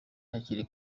hakiri